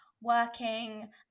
working